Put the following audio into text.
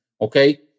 Okay